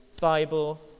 Bible